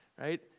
right